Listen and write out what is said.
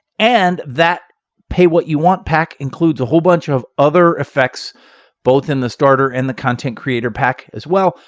and that pay what you want pack includes a whole bunch of other effects both in the starter and the content creator pack as well.